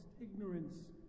Ignorance